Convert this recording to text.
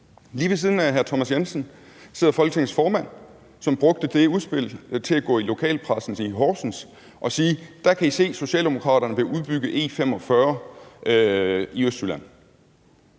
Lige ved siden af hr. Thomas Jensen sidder Folketingets formand, som brugte det udspil til at gå i lokalpressen i Horsens og sige: Der kan I se, Socialdemokratiet vil udbygge E45 i Østjylland.